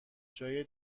جای